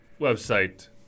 website